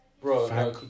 bro